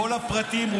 כל הפרטים,